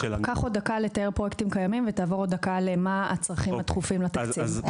קח עוד דקה לתאר פרויקטים קיימים ותעבור לצרכים הדחופים לתקציב.